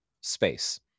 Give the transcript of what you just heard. space